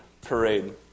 parade